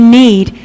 need